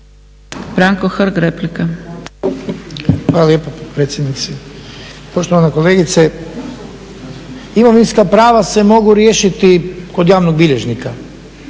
Branko (HSS)** Hvala lijepo potpredsjednice. Poštovana kolegice, imovinska prava se mogu riješiti kod javnog bilježnika,